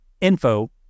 info